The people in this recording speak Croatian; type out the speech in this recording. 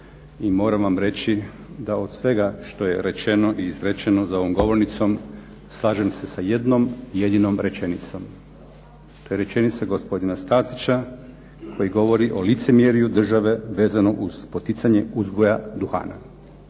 moram vam reći da od svega što je rečeno i izrečeno za ovom govornicom slažem se sa jednom jedinom rečenicom. To je rečenica gospodina Stazića koji govori o licemjerju države vezano uz poticanje uzgoja duhana.